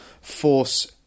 force